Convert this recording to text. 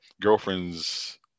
girlfriend's